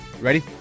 Ready